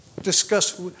discuss